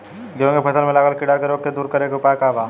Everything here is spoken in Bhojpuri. गेहूँ के फसल में लागल कीड़ा के रोग के दूर करे के उपाय का बा?